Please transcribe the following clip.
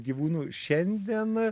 gyvūnų šiandien